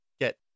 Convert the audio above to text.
get